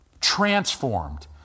Transformed